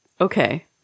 Okay